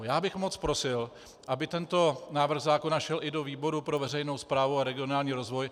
Já bych moc prosil, aby tento návrh zákona šel i do výboru pro veřejnou správu a regionální rozvoj.